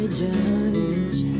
judge